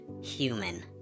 human